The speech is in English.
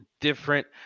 different